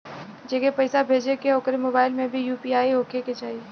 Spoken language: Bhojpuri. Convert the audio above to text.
जेके पैसा भेजे के ह ओकरे मोबाइल मे भी यू.पी.आई होखे के चाही?